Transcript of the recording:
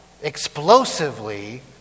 explosively